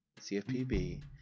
CFPB